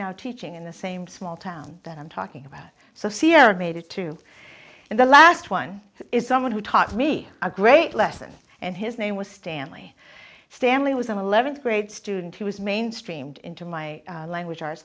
now teaching in the same small town that i'm talking about so sierra made it to the last one is someone who taught me a great lesson and his name was stanley stanley was an eleventh grade student he was mainstreamed into my language arts